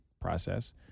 process